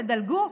תדלגו,